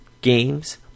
games